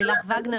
לילך ווגנר,